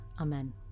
Amen